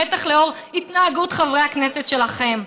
בטח לאור התנהגות חברי הכנסת שלכם: